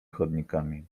chodnikami